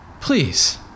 Please